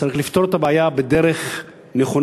צריך לפתור את הבעיה בדרך נכונה,